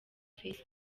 facebook